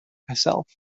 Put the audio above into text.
herself